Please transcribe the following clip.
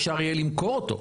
אפשר יהיה למכור אותו.